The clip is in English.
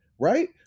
right